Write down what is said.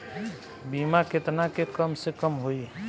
बीमा केतना के कम से कम होई?